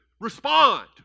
respond